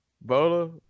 Bola